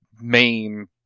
main